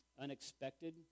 unexpected